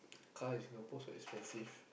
car in Singapore so expensive